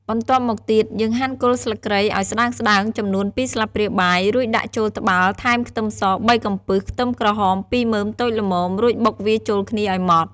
បន្ទាប់មកទៀត យើងហាន់គល់ស្លឹកគ្រៃឱ្យស្ដើងៗ ចំនួន២ស្លាបព្រាបាយ រួចដាក់ចូលត្បាល់ ថែមខ្ទឹមស ៣កំពឹស ខ្ទឹមក្រហម ២មើមតូចល្មម រួចបុកវាចូលគ្នាឱ្យម៉ដ្ដ។